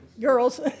girls